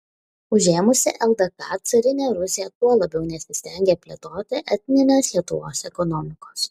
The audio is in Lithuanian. užėmusi ldk carinė rusija tuo labiau nesistengė plėtoti etninės lietuvos ekonomikos